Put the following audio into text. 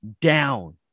down